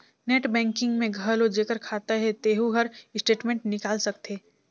net banking में घलो जेखर खाता हे तेहू हर स्टेटमेंट निकाल सकथे